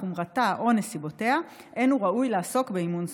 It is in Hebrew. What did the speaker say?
חומרתה או נסיבותיה אין הוא ראוי לעסוק באימון ספורט.